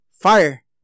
Fire